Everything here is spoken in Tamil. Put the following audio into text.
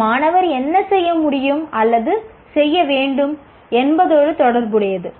மாணவர் என்ன செய்ய முடியும் அல்லது செய்ய வேண்டும் என்பதோடு தொடர்புடையது